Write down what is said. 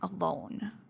alone